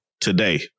today